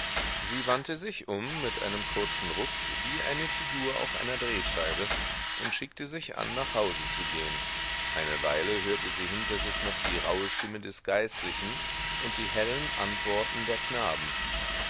sie wandte sich um mit einem kurzen ruck wie eine figur auf einer drehscheibe und schickte sich an nach hause zu gehen eine weile hörte sie hinter sich noch die rauhe stimme des geistlichen und die hellen antworten der knaben